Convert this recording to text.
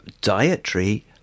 dietary